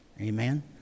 Amen